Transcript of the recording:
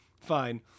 fine